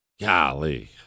Golly